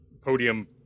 podium